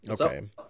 okay